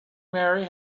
marry